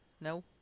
No